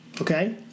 okay